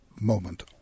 moment